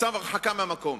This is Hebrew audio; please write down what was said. צו הרחקה מהמקום.